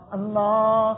Allah